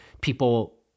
people